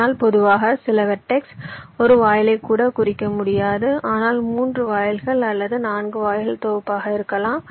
ஆனால் பொதுவாக சில வெர்டெக்ஸ் ஒரு வாயிலை கூட குறிக்க முடியாது ஆனால் 3 வாயில்கள் அல்லது 4 வாயில்களின் தொகுப்பாக இருக்கலாம்